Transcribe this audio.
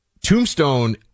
Tombstone